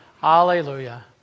Hallelujah